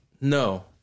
No